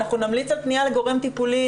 אנחנו נמליץ על פנייה לגורם טיפולי,